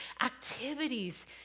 activities